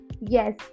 Yes